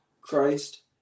Christ